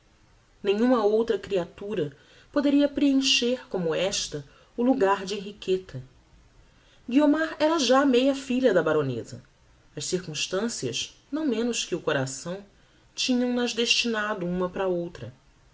nenhuma outra creatura poderia preencher como esta o logar de henriqueta guiomar era já meia filha da baroneza as circumstancias não menos que o coração tinham nas destinado uma para a outra